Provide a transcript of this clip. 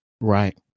right